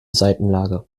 seitenlage